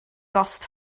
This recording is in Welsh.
gost